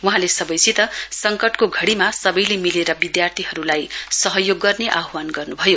वहाँले सवैसित संकटको समयमा सवैले मिलेर विधार्थीहरुलाई सहयोग गर्ने आह्वान गर्नुभयो